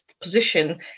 position